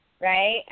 right